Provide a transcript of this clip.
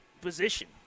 position